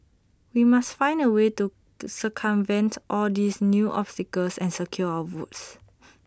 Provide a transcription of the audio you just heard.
we must find A way to the circumvent all these new obstacles and secure our votes